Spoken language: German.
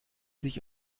sich